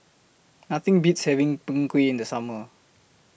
Nothing Beats having Png Kueh in The Summer